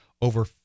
over